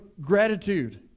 gratitude